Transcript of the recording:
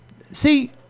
See